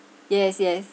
yes yes